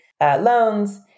loans